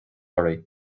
oraibh